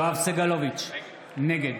יואב סגלוביץ' נגד